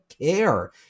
care